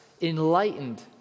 enlightened